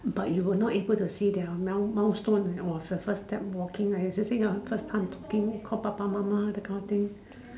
but you will not able to see their mile~ milestone right or first step walking you should see their first time talking call 爸爸:baba mama kind of thing